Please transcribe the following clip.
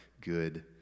good